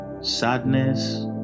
sadness